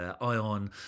ion